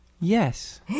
Yes